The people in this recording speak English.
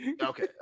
Okay